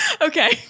Okay